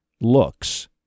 looks—